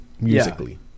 musically